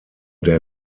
der